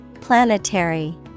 Planetary